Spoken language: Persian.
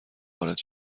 وارد